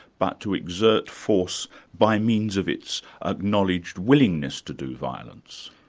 but to exert force by means of its acknowledged willingness to do violence.